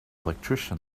electrician